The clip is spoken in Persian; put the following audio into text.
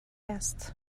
است